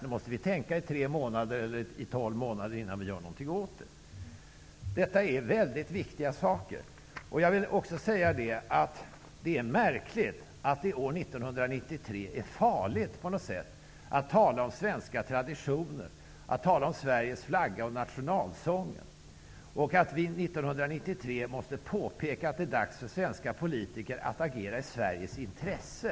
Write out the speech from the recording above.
Nu måste vi tänka i tre eller tolv månader innan vi gör någonting åt det. Detta är väldigt viktiga frågor. Det är märkligt att det år 1993 på något sätt är farligt att tala om svenska traditioner, att tala om Sveriges flagga och om nationalsången, och att vi 1993 måste påpeka att det är dags för svenska politiker att agera i Sveriges intresse.